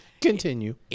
Continue